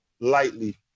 lightly